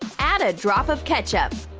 add a drop of ketchup.